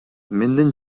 менден